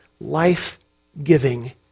life-giving